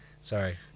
Sorry